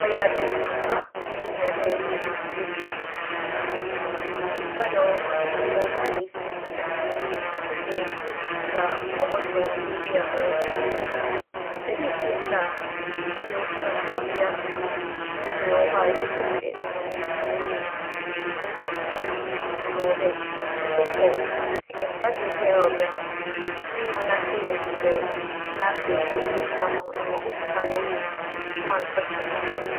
ͻyɛ adwen papa na enya dɛ epɛ dɛ isie sika. Nyimpa dze ͻwͻ hͻ - ͻwͻ hͻ a na esie sika osiandɛ innyim dza ͻbͻto wo mber bi a ͻreba no. Epɛ dɛ isie sika a, yɛwͻ sikakorabea beberee wͻ hͻ a ibotum nye hͻn edzi dwuma ntsi mͻ - mosusu ama wo dɛ ebͻkͻ sikakorabea biara a ͻbɛn wo na enye hͻn akɛyɛ nhyehyɛɛ na afei, esie sika ama hͻn. Ama wo sika no ho anntͻ kyema biara.